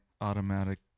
automatic